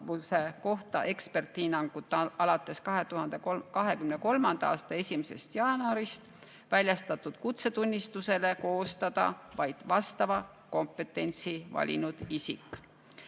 kohta eksperthinnangut alates 2023. aasta 1. jaanuarist väljastatud kutsetunnistuse puhul koostada vaid vastava kompetentsi valinud isik.